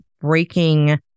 breaking